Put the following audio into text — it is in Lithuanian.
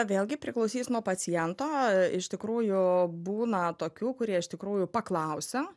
vėlgi priklausys nuo paciento iš tikrųjų būna tokių kurie iš tikrųjų paklausia